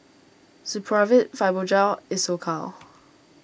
Supravit Fibogel Isocal